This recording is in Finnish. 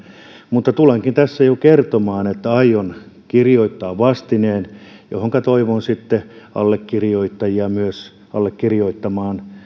tulenkin tässä kertomaan että aion kirjoittaa vastineen johonka toivon sitten allekirjoittajia allekirjoittamaan myös